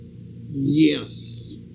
Yes